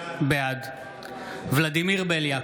בעד ולדימיר בליאק,